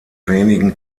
wenigen